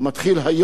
שהופך